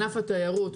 ענף התיירות,